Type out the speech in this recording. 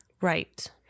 Right